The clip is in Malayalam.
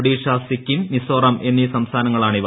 ഒഡീഷ സിക്കിം മിസോറം എന്നീ സംസ്ഥാനങ്ങളാണിവ